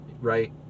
right